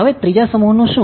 હવે ત્રીજા સમૂહનું શું